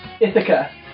Ithaca